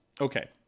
okay